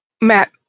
Matt